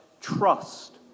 trust